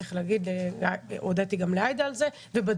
צריך להגיד שהודיתי גם לעאידה על זה,